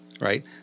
Right